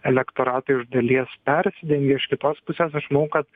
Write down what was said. elektoratai iš dalies persidengė iš kitos pusės aš manau kad